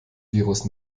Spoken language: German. virus